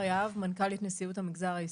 אני מנכ"לית נשיאות המגזר העסקי.